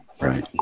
Right